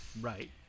Right